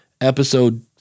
episode